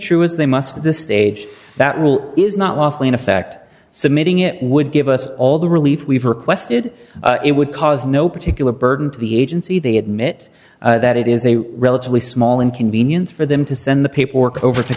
as they must at this stage that will is not lawfully in effect submitting it would give us all the relief we've requested it would cause no particular burden to the agency they admit that it is a relatively small inconvenience for them to send the paperwork over to